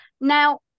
Now